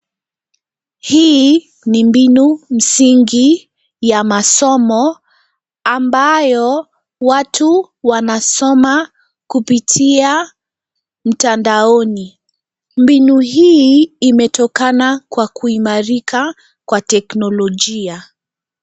Hii ni mbinu msingi ya masomo ambayo watu wanasoma kupitia mtandaoni. Mbinu hii imetokana kwa kuimarika kwa teknolojia.